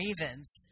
ravens